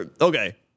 okay